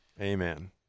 Amen